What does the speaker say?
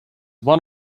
one